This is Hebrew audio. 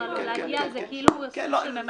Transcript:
זה סוג של ממלא מקום.